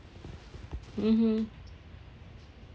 mmhmm